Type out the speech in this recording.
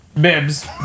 bibs